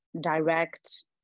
direct